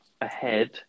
ahead